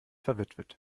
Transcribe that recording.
verwitwet